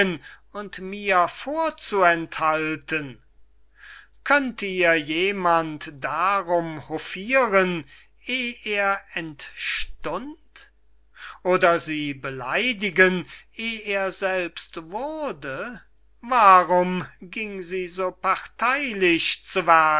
und mir vorzuenthalten könnte ihr jemand darum hofiren eh er entstund oder sie beleidigen eh er selbst wurde warum gieng sie so partheylich zu